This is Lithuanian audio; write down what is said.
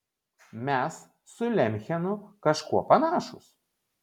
mes su lemchenu kažkuo panašūs